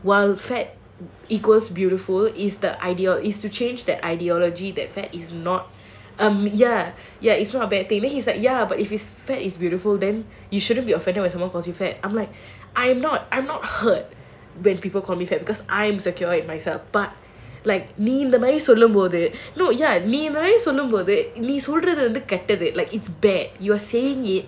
while fat equals beautiful is the idea is to change that ideology that fat is not um ya ya it's not a bad thing then he's like ya if fat is beautiful then you shouldn't be offended when someone calls you fat I'm like I'm not hurt when people call me fat because I am secure with myself நீ இந்த மாதிரி சொல்லும்போது:nee indha maadhiri sollumpothu like it's bad you are saying it